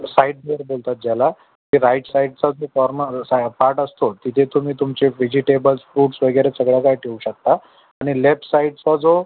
side door बोलतात ज्याला ते राईट साईडचा जो कॉर्नर सा पार्ट असतो तिथे तुम्ही तुमचे विजीटेबल्स फ्रूट्स वगैरे सगळं काय ठेऊ शकता आणि लेफ्ट साईडचा जो